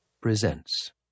presents